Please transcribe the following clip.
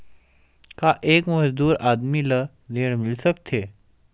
का एक मजदूर आदमी ल ऋण मिल सकथे?